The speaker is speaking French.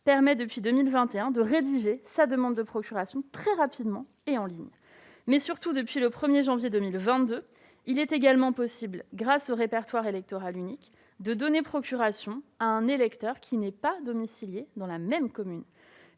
permet, depuis 2021, de rédiger très rapidement sa demande de procuration en ligne. Surtout, depuis le 1 janvier 2022, il est également possible, grâce au répertoire électoral unique, de donner procuration à un électeur qui n'est pas domicilié dans la même commune.